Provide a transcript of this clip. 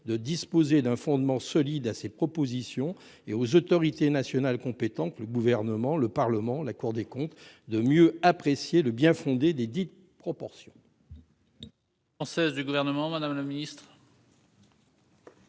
de disposer d'un fondement solide pour ses propositions, et aux autorités nationales compétentes- Gouvernement, Parlement, Cour des comptes ... -de mieux apprécier le bien-fondé desdites propositions.